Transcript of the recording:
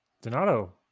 Donato